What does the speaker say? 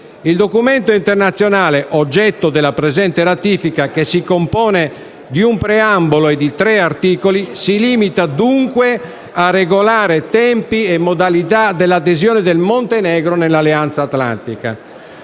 Il documento internazionale oggetto della presente ratifica, che si compone di un preambolo e di tre articoli, si limita dunque a regolare tempi e modalità dell'adesione del Montenegro nell'Alleanza atlantica.